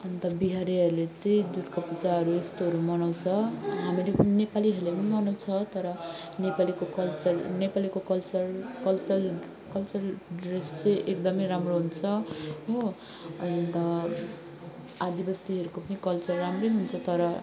अन्त बिहारीहरूले चाहिँ दुर्गापूजाहरू यस्तोहरू मनाउँछ हामीहरूले पनि नेपालीहरूले पनि मनाउँछ तर नेपालीको कल्चर नेपालीको कल्चर कल्चरल कल्चरल ड्रेस चाहिँ एकदमै राम्रो हुन्छ हो अन्त आदिवासीहरूको पनि कल्चर राम्रै हुन्छ तर